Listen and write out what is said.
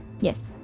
Yes